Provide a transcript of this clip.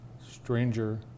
Stranger